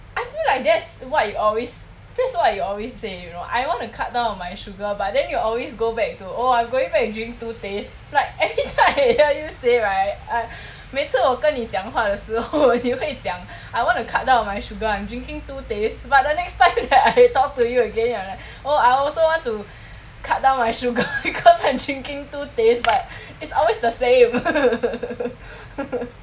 I feel like that's what you always that's what you always say you know I want to cut down on my sugar but then you always go back to oh I'm going back to drink two tehs like anytime I hear you say right I 每次我跟你讲话的时候你会讲 I want to cut down on my sugar I'm drinking two tehs but the next time that I talk to you again you're like I also want to cut down my sugar because I'm drinking two tehs but it's always the same